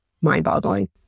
mind-boggling